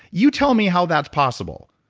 you tell me how that's possible.